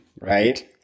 Right